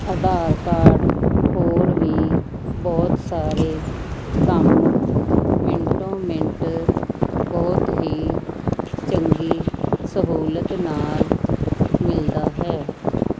ਆਧਾਰ card ਹੋਰ ਵੀ ਬਹੁਤ ਸਾਰੇ ਕੰਮ ਮਿੰਟੋ ਮਿੰਟ ਬਹੁਤ ਹੀ ਚੰਗੀ ਸਹੂਲਤ ਨਾਲ ਮਿਲਦਾ ਹੈ